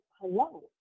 hello